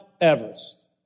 Everest